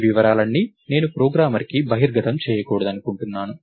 ఈ వివరాలన్నీ నేను ప్రోగ్రామర్కు బహిర్గతం చేయకూడదనుకుంటున్నాను